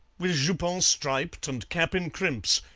with jupon striped and cap in crimps.